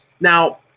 Now